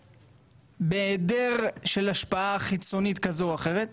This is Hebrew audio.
בהיעדר השפעה חיצונית כזאת או אחרת.